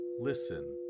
listen